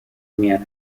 меры